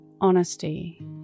Honesty